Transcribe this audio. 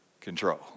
control